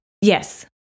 Yes